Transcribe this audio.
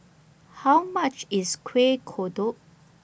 How much IS Kuih Kodok